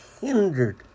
hindered